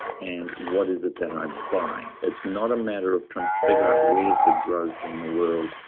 and what is it that i buy? it's not a matter of trying to figure out where's the growth in the world.